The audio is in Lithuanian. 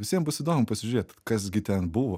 visiem bus įdomu pasižiūrėt kas gi ten buvo